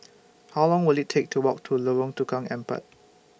How Long Will IT Take to Walk to Lorong Tukang Empat